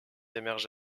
émerge